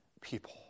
people